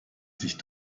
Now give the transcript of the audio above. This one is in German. sich